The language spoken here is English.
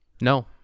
No